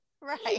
Right